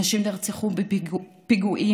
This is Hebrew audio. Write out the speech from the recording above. אנשים נרצחו בפיגועים,